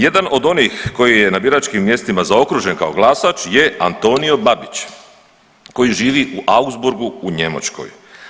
Jedan od onih koji je na biračkim mjestima zaokružen kao glasač je Antonio Babić koji živi u Augsburgu u Njemačkoj.